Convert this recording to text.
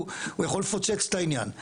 והוא יכול לפוצץ את העניין,